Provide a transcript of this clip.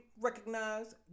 recognize